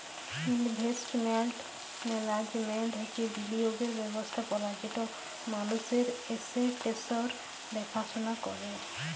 investment management হছে বিলিয়গের ব্যবস্থাপলা যেট মালুসের এসেট্সের দ্যাখাশুলা ক্যরে